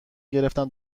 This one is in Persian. گرفتم